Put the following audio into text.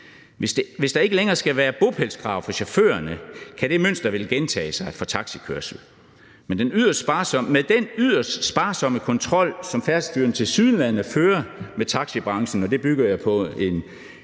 Hvis der ikke længere skal være bopælskrav for chaufførerne, kan det mønster vel gentage sig for taxikørsel. Med den yderst sparsomme kontrol, som Færdselsstyrelsen tilsyneladende fører med taxibranchen, og det bygger jeg på en